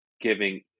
giving